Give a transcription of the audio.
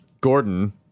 Gordon